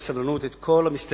ושמעתי בסבלנות את כל המסתייגים.